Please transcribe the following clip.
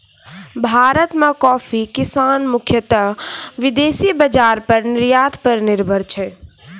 भारत मॅ कॉफी किसान मुख्यतः विदेशी बाजार पर निर्यात पर निर्भर छै